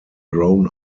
grown